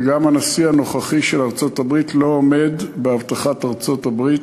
וגם הנשיא הנוכחי של ארצות-הברית לא עומד בהבטחת ארצות-הברית.